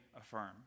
affirm